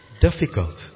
difficult